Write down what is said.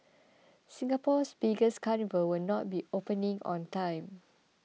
Singapore's biggest carnival will not be opening on time